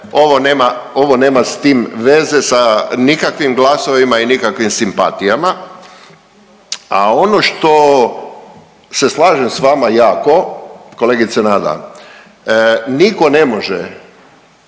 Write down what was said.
ovo nema s tim veze s nikakvim glasovima i nikakvim simpatijama, a ono što se slažem s vama jako kolegice Nada, niko ne može